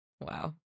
Wow